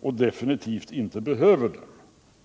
och definitivt inte behöver dem.